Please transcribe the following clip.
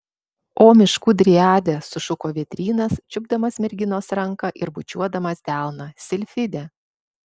o miškų driade sušuko vėdrynas čiupdamas merginos ranką ir bučiuodamas delną silfide